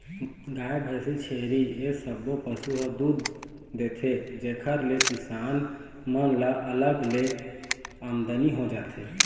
गाय, भइसी, छेरी ए सब्बो पशु ह दूद देथे जेखर ले किसान मन ल अलग ले आमदनी हो जाथे